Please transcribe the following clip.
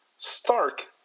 Stark